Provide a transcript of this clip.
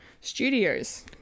studios